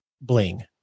bling